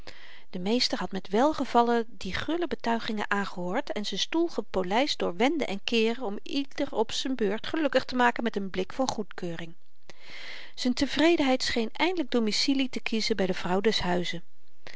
de meester had met welgevallen die gulle betuigingen aangehoord en z'n stoel gepolyst door wenden en keeren om ieder op z'n beurt gelukkig te maken met n blik van goedkeuring z'n tevredenheid scheen eindelyk domicilie te kiezen by de vrouw des huizes